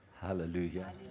Hallelujah